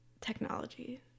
technology